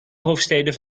hoofdsteden